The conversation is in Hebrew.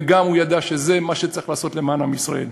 וגם הוא ידע שזה מה שצריך לעשות למען עם ישראל.